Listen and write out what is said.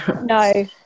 No